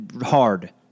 hard